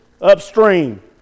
upstream